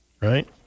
right